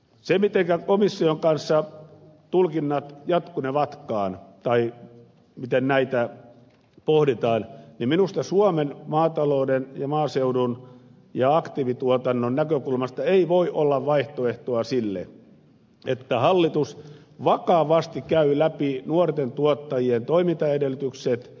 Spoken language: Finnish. siinä mitenkä komission kanssa tulkinnat jatkunevatkaan tai miten näitä pohditaan minusta suomen maatalouden ja maaseudun ja aktiivituotannon näkökulmasta ei voi olla vaihtoehtoa sille että hallitus vakavasti käy läpi nuorten tuottajien toimintaedellytykset